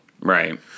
Right